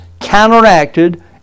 counteracted